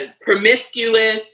promiscuous